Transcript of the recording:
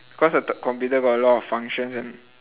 cause I thought computer got a lot of functions and